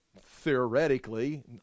theoretically